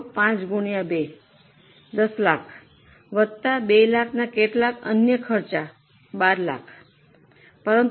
તે 5 x 2 10 લાખ વત્તા 2 લાખના કેટલાક અન્ય ખર્ચ 12 લાખ છે